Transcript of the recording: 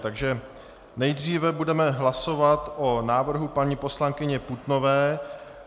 Takže nejdříve budeme hlasovat o návrhu paní poslankyně Putnové.